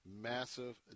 massive